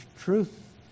truth